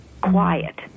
Quiet